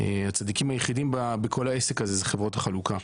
הצדיקים היחידים בכל העסק הזה זה חברות החלוקה,